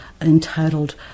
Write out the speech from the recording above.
entitled